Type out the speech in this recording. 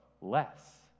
less